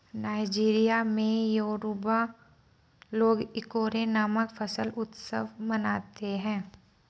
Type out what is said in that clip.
Nigeria में Yoruba लोग Ikore नामक फसल उत्सव मनाते हैं